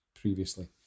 previously